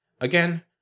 Again